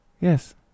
yes